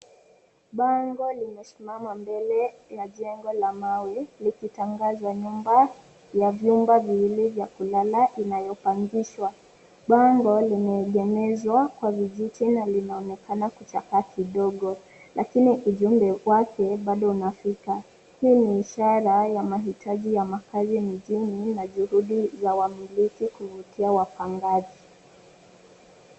Bango limesimama mbele ya jengo la mawe likitangaza nyumba ya vyumba viwili vya kulala inayopangishwa. Bango limeegemezwa kwa vijiti na linaonekana kuchakaa kidogo lakini ujumbe wake bado unafika. Hii ni ishara ya mahitaji ya makazi mjini na juhudi za wamiliki kuvutia wapangaji.